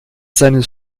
seines